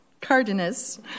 Cardenas